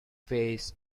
face